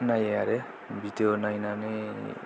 नायो आरो भिडिय' नायनानै